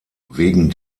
wegen